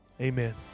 Amen